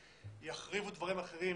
יחריבו דברים אחרים,